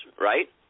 right